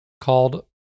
called